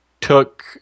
took